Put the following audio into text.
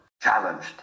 Challenged